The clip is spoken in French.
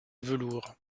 velours